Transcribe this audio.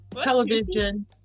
television